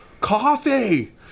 coffee